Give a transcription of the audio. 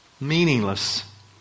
meaningless